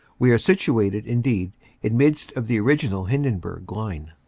we are situate indeed in midst of the original hindenburg line.